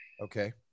Okay